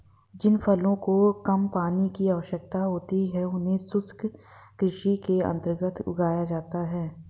जिन फसलों को कम पानी की आवश्यकता होती है उन्हें शुष्क कृषि के अंतर्गत उगाया जाता है